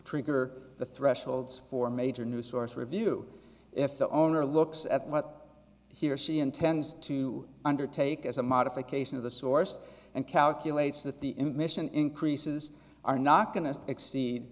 trigger the thresholds for major new source review if the owner looks at what he or she intends to undertake as a modification of the source and calculates that the emission increases are not going to exceed